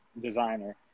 designer